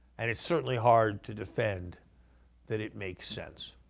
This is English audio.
and it's certainly hard to defend that it makes sense.